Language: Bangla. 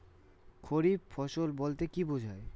খারিফ ফসল বলতে কী বোঝায়?